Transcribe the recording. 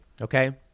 okay